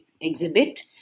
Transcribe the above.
exhibit